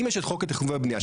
אם יש את חוק התכונן והבנייה,